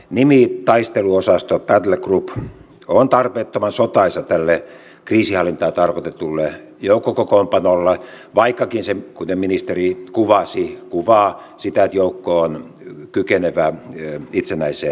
nimi taisteluosasto battlegroup on tarpeettoman sotaisa tälle kriisinhallintaan tarkoitetulle joukkokokoonpanolle vaikkakin se kuten ministeri kuvasi kuvaa sitä että joukko on kykenevä itsenäiseen toimintaan